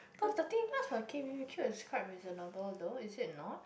but thirteen plus for k_b_b_q is quite reasonable though is it not